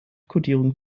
kodierung